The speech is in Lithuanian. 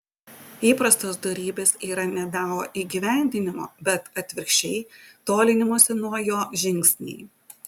įprastos dorybės yra ne dao įgyvendinimo bet atvirkščiai tolinimosi nuo jo žingsniai